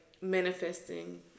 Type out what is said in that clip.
manifesting